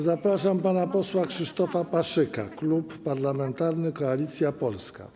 Zapraszam pana posła Krzysztofa Paszyka, Klub Parlamentarny Koalicja Polska.